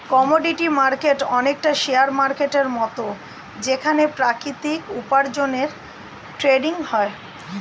commodity market অনেকটা share মার্কেটের মত যেখানে প্রাকৃতিক উপার্জনের ট্রেডিং হয়